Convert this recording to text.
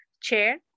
chair